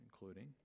including